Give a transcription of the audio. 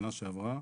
שנה שעברה.